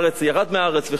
ירד מהארץ וחוזר?